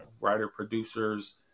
writer-producers